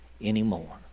anymore